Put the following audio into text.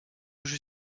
joue